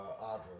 Audra